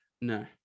No